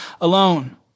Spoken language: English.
alone